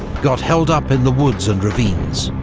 got held up in the woods and ravines,